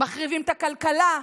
מחריבים את הכלכלה,